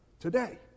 today